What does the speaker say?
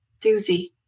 doozy